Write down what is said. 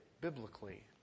biblically